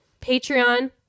patreon